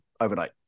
overnight